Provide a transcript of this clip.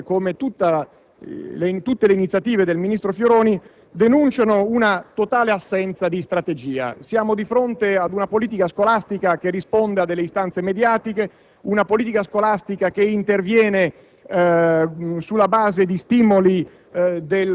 Devo dire che questo decreto-legge, come tutte le iniziative del ministro Fioroni, denuncia una totale assenza di strategia: siamo di fronte a una politica scolastica che risponde a delle istanze mediatiche, che interviene